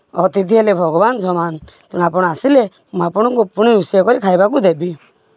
ଅତିଥି ହେଲେ ଭଗବାନ ସମାନ ତେଣୁ ଆପଣ ଆସିଲେ ମୁଁ ଆପଣଙ୍କୁ ପୁଣି ରୋଷେଇ କରି ଖାଇବାକୁ ଦେବି